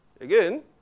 Again